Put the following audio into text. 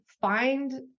find